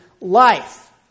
life